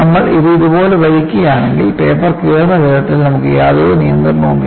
നമ്മൾ ഇത് ഇതുപോലെ വലിക്കുകയാണെങ്കിൽ പേപ്പർ കീറുന്ന വിധത്തിൽ നമുക്ക് യാതൊരു നിയന്ത്രണവുമില്ല